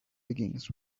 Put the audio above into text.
begins